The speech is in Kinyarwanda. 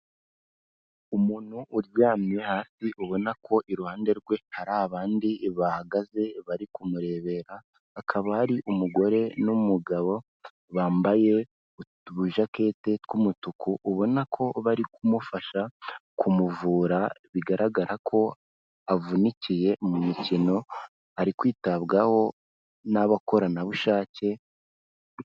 Umuntu uryamye hasi ubona ko iruhande rwe hari abandi bahagaze bari kumurebera, hakaba ari umugore n'umugabo bambaye utujakete tw'umutuku, ubona ko bari kumufasha kumuvura, bigaragara ko avunikiye mu mikino, ari kwitabwaho n'abakoranabushake.